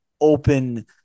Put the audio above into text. open